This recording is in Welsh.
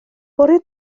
bore